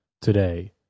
today